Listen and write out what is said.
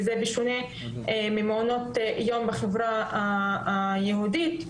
וזה בשונה ממעונות יום בחברה היהודית,